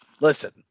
Listen